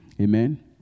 Amen